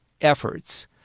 efforts